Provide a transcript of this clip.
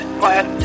class